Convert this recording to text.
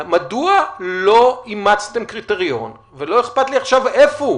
מדוע לא אימצתם קריטריון ולא אכפת לי עכשיו איפה הוא